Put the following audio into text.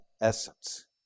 essence